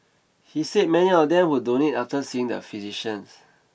he said many of them would donate after seeing the physicians